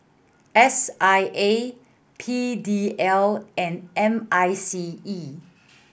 S I A P D L and M I C E